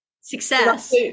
success